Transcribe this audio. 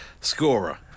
Scorer